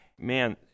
Man